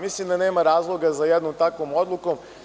Mislim da nema razloga za jednom takvom odlukom.